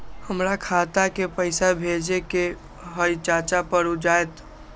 हमरा खाता के पईसा भेजेए के हई चाचा पर ऊ जाएत?